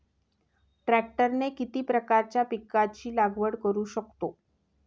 ट्रॅक्टरने किती प्रकारच्या पिकाची लागवड करु शकतो?